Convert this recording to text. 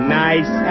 nice